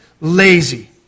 Lazy